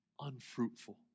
unfruitful